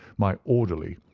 my orderly,